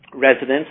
residents